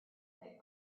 that